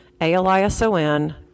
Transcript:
A-L-I-S-O-N